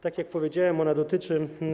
Tak jak powiedziałem, ona dotyczy.